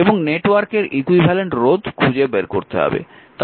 এবং নেটওয়ার্কের ইকুইভ্যালেন্ট রোধ খুঁজে বের করতে হবে